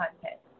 content